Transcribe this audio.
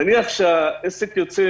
נניח שהעסק יוצא